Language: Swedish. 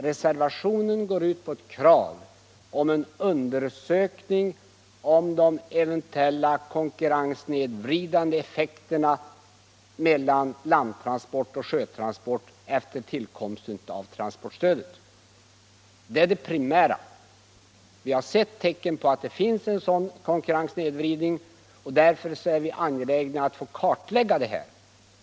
Reservationen kräver en undersökning av om transportstödet har medfört en sådan snedvridning av konkurrensförhållandena att detta varit avgörande för överflyttning från sjötransport till landtransport. Det är det primära. Vi har sett tecken på att det finns en konkurrenssnedvridning, och därför är vi angelägna om att få detta ordentligt kartlagt.